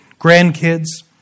grandkids